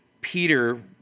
Peter